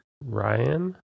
Ryan